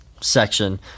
Section